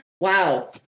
wow